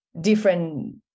different